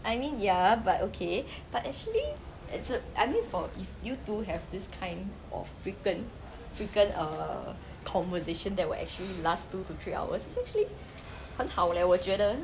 I mean ya but okay but actually it's a I mean for if you two have this kind of frequent frequent uh conversation that will actually last two to three hours it's actually 很好 leh 我觉得